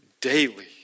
daily